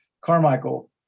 carmichael